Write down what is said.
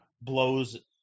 blows